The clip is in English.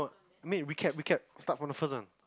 need recap recap start from the first one